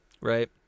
right